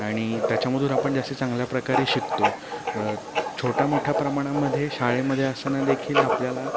आणि त्याच्यामधून आपण जास्त चांगल्या प्रकारे शिकतो छोट्या मोठ्या प्रमाणामध्ये शाळेमध्ये असताना देखील आपल्याला